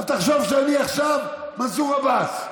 אז תחשוב שאני עכשיו מנסור עבאס.